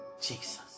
Jesus